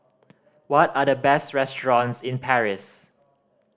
what are the best restaurants in Paris